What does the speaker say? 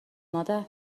مادر